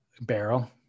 Barrel